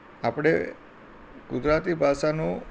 આપણે ગુજરાતી ભાષાનો